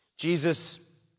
Jesus